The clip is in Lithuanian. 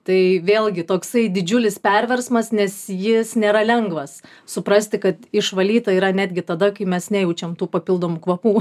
tai vėlgi toksai didžiulis perversmas nes jis nėra lengvas suprasti kad išvalyta yra netgi tada kai mes nejaučiam tų papildomų kvapų